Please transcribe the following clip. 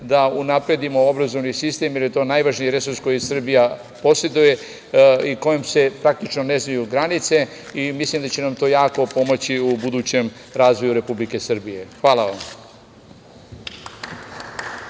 da unapredimo obrazovni sistem, jer je to najvažniji resurs koji Srbija poseduje i kojem se praktično ne znaju granice. Mislim da će nam to jako pomoći u budućem razvoju Republike Srbije. Hvala vam.